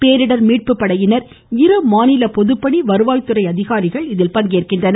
பேரிடர் மீட்பு படையினர் இருமாநில பொதுப்பணி வருவாய் துறை அதிகாரிகள் இதில் பங்கேற்கின்றனர்